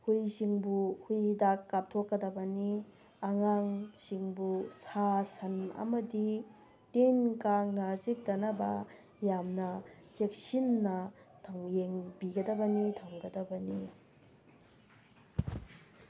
ꯍꯨꯏꯁꯤꯡꯕꯨ ꯍꯨꯏ ꯍꯤꯗꯥꯛ ꯀꯥꯞꯊꯣꯛꯀꯗꯕꯅꯤ ꯑꯉꯥꯡꯁꯤꯡꯕꯨ ꯁꯥ ꯁꯟ ꯑꯃꯗꯤ ꯇꯤꯟ ꯀꯥꯡꯅ ꯆꯤꯛꯇꯅꯕ ꯌꯥꯝꯅ ꯆꯦꯛꯁꯤꯟꯅ ꯌꯦꯡꯕꯤꯒꯗꯕꯅꯤ ꯊꯝꯒꯗꯕꯅꯤ